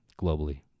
globally